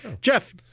Jeff